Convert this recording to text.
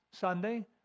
Sunday